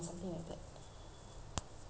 I don't know lah it's not my fault